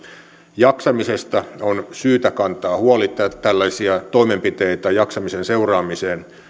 jaksamisesta on syytä kantaa huoli tällaisia toimenpiteitä jaksamisen seuraamiseksi